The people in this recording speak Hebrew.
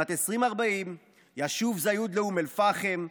בשנת 2040 ישוב זיוד לאום אל-פחם,